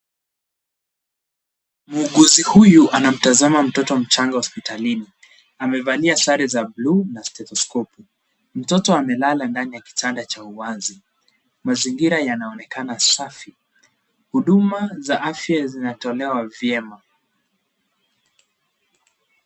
Muuguzi huyu anamtazama mtoto mchanga hospitalini. Amevalia sare za buluu na stethoskopu. Mtoto amelala ndani ya kitanda cha uwazi. Mazingira yanaonekana safi. Huduma za afya zinatolewa vyema.